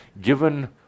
given